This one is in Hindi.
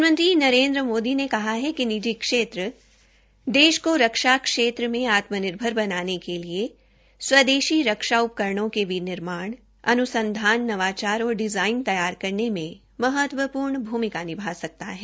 प्रधानमंत्री नरेन्द्र मोदी ने कहा है कि निजी क्षेत्र को रक्षा क्षेत्र में आत्मनिर्भर बनाने के लिए स्वदेशी रक्षा उपकरणों के विनिर्माण अन्संधान नवाचार और डिज़ाइन तैयार करने में महत्वपूर्ण भूमिका निभा सकता है